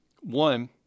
One